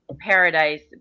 Paradise